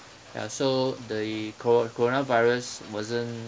ya so the coro~ coronavirus wasn't